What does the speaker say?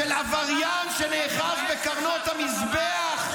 של עבריין שנאחז בקרנות המזבח,